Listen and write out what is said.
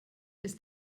ist